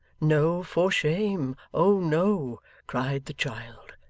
no. for shame. oh, no cried the child.